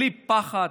בלי פחד,